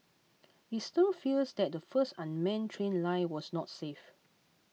it stirred fears that the first unmanned train line was not safe